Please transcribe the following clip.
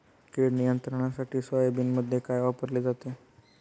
कीड नियंत्रणासाठी सोयाबीनमध्ये काय वापरले जाते?